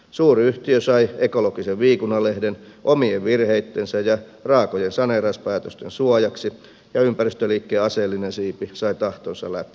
suuryhtiö sai ekologisen viikunanlehden omien virheittensä ja raakojen saneerauspäätösten suojaksi ja ympäristöliikkeen aseellinen siipi sai tahtonsa läpi